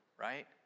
right